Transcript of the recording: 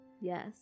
Yes